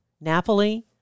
Napoli